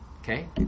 okay